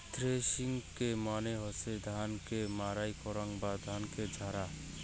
থ্রেশিংকে মানে হসে ধান কে মাড়াই করাং বা ধানকে ঝাড়া